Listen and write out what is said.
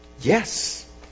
Yes